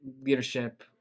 leadership